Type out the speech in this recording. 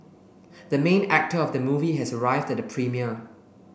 the main actor of the movie has arrived at the premiere